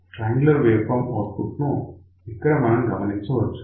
triangular wave form output ను ఇక్కడ మనం గమనించవచ్చు